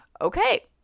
okay